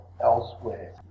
elsewhere